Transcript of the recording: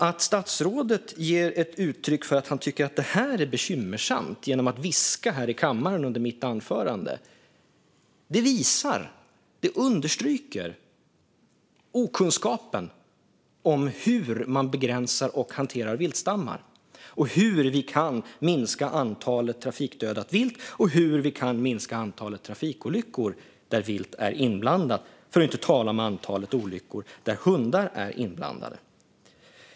Att statsrådet ger uttryck för att han tycker att det här är bekymmersamt genom att viska här i kammaren under mitt anförande visar och understryker okunskapen om hur man begränsar och hanterar viltstammar, hur vi kan minska antalet trafikdödat vilt och hur vi kan minska antalet trafikolyckor där vilt är inblandat - för att inte tala om antalet olyckor där hundar är inblandade.